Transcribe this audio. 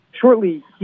shortly